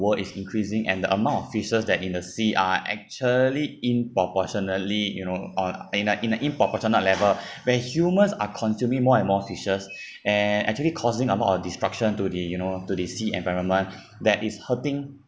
is increasing and the amount of fishes that in the sea are actually in proportionally you know uh in a in an unproportionate level where humans are consuming more and more fishes and actually causing a lot our destruction to the you know the see environment that is hurting